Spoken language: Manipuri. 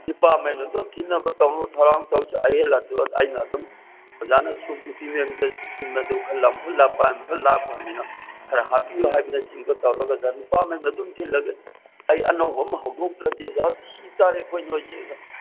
ꯅꯨꯄꯥ ꯃꯌꯨꯝꯗ ꯑꯗꯨꯝ ꯊꯤꯟꯅꯕ ꯇꯧꯅꯕ ꯊꯧꯔꯥꯡ ꯇꯧꯁꯤ ꯑꯍꯦꯟꯕ ꯑꯩꯅ ꯑꯗꯨꯝ ꯑꯣꯖꯥꯅ ꯁꯨꯝ ꯅꯨꯄꯤ ꯃꯌꯨꯝꯗ ꯁꯨꯝ ꯊꯤꯟꯕꯗꯨ ꯈꯔ ꯂꯝ ꯈꯔ ꯂꯥꯞꯄ ꯂꯝ ꯈꯔ ꯂꯥꯞꯈ꯭ꯔꯕꯅꯤꯅ ꯈꯔ ꯍꯥꯞꯄꯤꯌꯨ ꯍꯥꯏꯕꯅꯆꯤꯡꯕ ꯇꯧꯔꯒ ꯑꯣꯖꯥ ꯅꯨꯄꯥ ꯃꯌꯨꯝꯗ ꯑꯗꯨꯝ ꯊꯤꯜꯂꯒꯦ ꯑꯩ ꯑꯅꯧꯕ ꯑꯃ ꯍꯧꯗꯣꯛꯇ꯭ꯔꯗꯤ ꯑꯣꯖꯥ ꯁꯤꯕ ꯇꯥꯔꯦ ꯑꯩꯈꯣꯏ ꯅꯈꯣꯏꯁꯦ ꯑꯣꯖꯥ